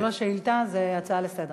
זו לא שאילתה, זה הצעה לסדר-היום.